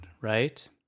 right